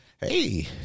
Hey